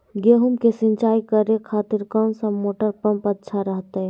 गेहूं के सिंचाई करे खातिर कौन सा मोटर पंप अच्छा रहतय?